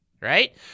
Right